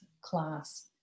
class